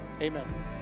Amen